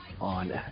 on